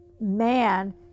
man